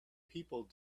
people